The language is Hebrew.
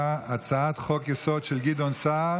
הצעת החוק של חברת הכנסת